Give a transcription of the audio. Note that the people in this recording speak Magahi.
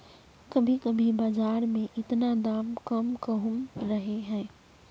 कभी कभी बाजार में इतना दाम कम कहुम रहे है?